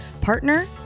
partner